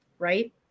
Right